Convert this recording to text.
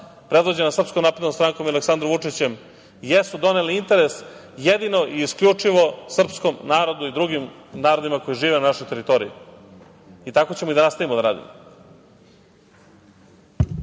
predvođena SNS i Aleksandrom Vučićem, jesu donele interes jedino i isključivo srpskom narodu i drugim narodima koji žive na našoj teritoriji i tako ćemo da nastavimo da radimo.U